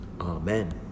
Amen